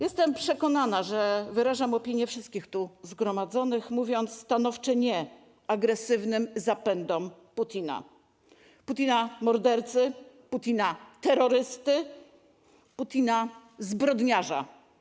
Jestem przekonana, że wyrażam opinię wszystkich tu zgromadzonych, mówiąc stanowcze: nie agresywnym zapędom Putina - Putina mordercy, Putina terrorysty, Putina zbrodniarza.